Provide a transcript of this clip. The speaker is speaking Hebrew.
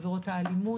לעבירות אלימות.